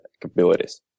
capabilities